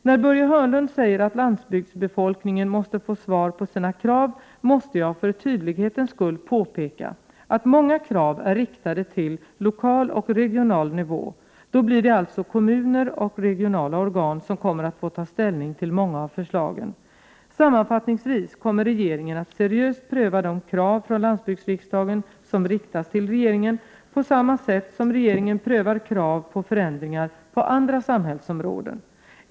När Börje Hörnlund säger att landsbygdsbefolkningen måste få svar på sina krav måste jag för tydlighetens skull påpeka att många krav är riktade till lokal och regional nivå. Det blir alltså kommuner och regionala organ som kommer att få ta ställning till många av förslagen. Sammanfattningsvis kommer regeringen att seriöst pröva de krav från landsbygdsriksdagen som riktas till regeringen på samma sätt som regeringen prövar krav på förändringar på andra samhällsområden.